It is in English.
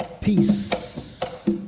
Peace